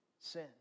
sin